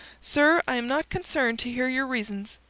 sir, i am not concerned to hear your reasons,